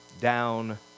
down